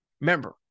Remember